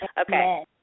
okay